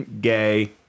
gay